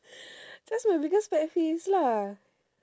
that's my biggest pet peeves lah